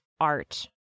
art